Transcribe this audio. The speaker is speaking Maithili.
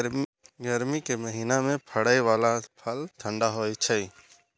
गर्मी के महीना मे फड़ै बला फल ठंढा होइ छै